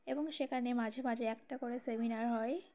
এবং সেখানে মাঝে মাঝে একটা করে সেমিনার হয়